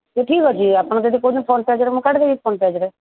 ତ ଠିକ୍ ଅଛି ଆପଣ ଯଦି କହୁଛନ୍ତି ଫ୍ରଣ୍ଟ୍ ପେଜ୍ରେ ମୁଁ କାଢ଼ିଦେବି ଫ୍ରଣ୍ଟ୍ ପେଜ୍ରେ